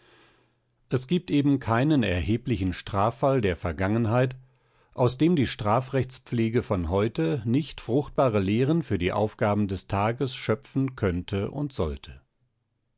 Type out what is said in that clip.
es gibt eben keinen erheblichen straffall der vergangenheit aus dem die strafrechtspflege von heute nicht fruchtbare lehren für die aufgaben des tages schöpfen könnte und sollte